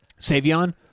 Savion